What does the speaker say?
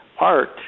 art